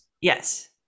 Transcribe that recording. Yes